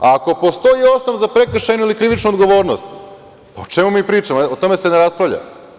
Ako postoji osnov za prekršajnu ili krivičnu odgovornost, o čemu onda pričamo, o tome se ne raspravlja.